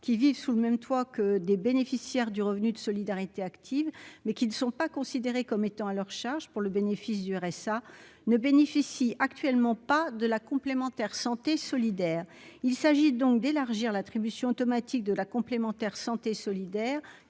qui vivent sous le même toit que des bénéficiaires du Revenu de Solidarité Active mais qui ne sont pas considérés comme étant à leur charge, pour le bénéfice du RSA ne bénéficie actuellement pas de la complémentaire santé solidaire, il s'agit donc d'élargir l'attribution automatique de la complémentaire santé solidaire